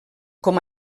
com